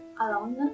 alone